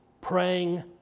Praying